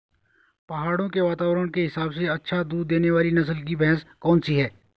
पहाड़ों के वातावरण के हिसाब से अच्छा दूध देने वाली नस्ल की भैंस कौन सी हैं?